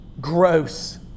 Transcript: gross